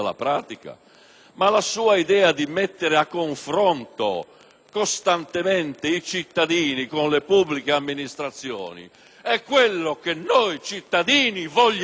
La sua idea di mettere a confronto costantemente i cittadini con le pubbliche amministrazioni è quello che noi cittadini vogliamo;